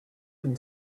can